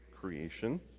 Creation